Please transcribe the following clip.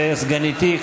וסגניתי,